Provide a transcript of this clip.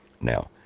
Now